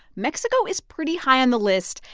mexico is pretty high on the list,